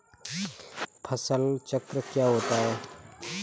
फसल चक्र क्या होता है?